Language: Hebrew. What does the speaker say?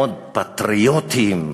מאוד פטריוטיים,